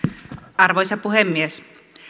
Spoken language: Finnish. arvoisa puhemies